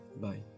Bye